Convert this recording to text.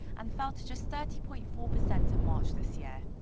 and fell to just thirty point four percent in march this year.